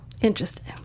interesting